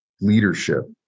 leadership